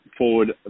forward